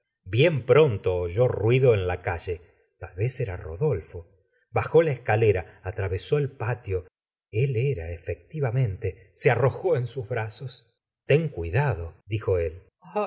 bien pronto oyó ruido en la calle rodolfo bajó la escalera atravesó el patio el era efectivamente se arrojó en sus brazos ten cuidado dijo él